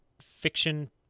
fiction